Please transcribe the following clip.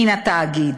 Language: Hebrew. מן התאגיד?